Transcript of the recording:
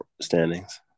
standings